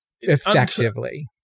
effectively